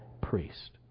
priest